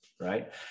right